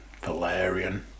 Valerian